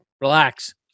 relax